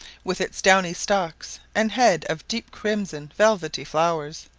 with its downy stalks, and head of deep crimson velvety flowers,